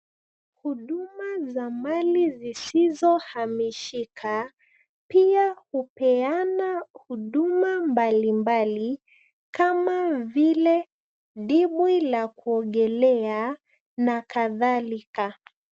Huduma ya mali zisizohamishika pia hupeana huduma mbalimbali kama vile dimbwi la kuogelea na kadhalika.